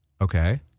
Okay